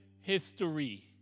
history